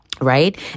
Right